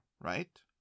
right